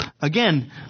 again